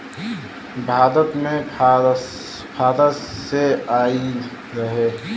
भारत मे फारस से आइल रहे